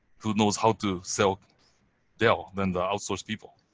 who knows how to sell dell than the outsource people.